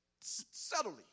subtly